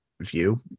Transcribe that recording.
view